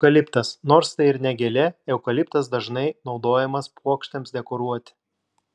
eukaliptas nors tai ir ne gėlė eukaliptas dažnai naudojamas puokštėms dekoruoti